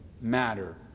matter